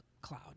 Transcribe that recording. cloud